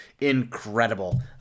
incredible